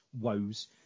woes